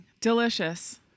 delicious